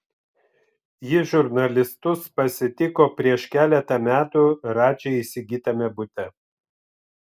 ji žurnalistus pasitiko prieš keletą metų radži įsigytame bute